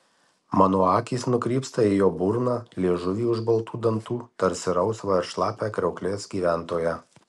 mano akys nukrypsta į jo burną liežuvį už baltų dantų tarsi rausvą ir šlapią kriauklės gyventoją